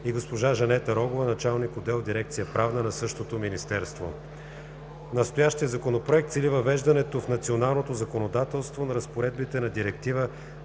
и госпожа Жанета Рогова – началник отдел в Дирекция „Правна“ в същото министерство. Настоящият Законопроект цели въвеждането в националното законодателство разпоредбите на Директива